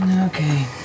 Okay